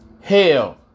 Hell